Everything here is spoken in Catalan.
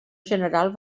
general